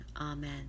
Amen